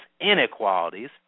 inequalities